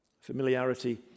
Familiarity